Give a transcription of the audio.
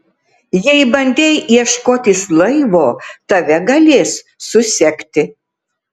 jei bandei ieškotis laivo tave galės susekti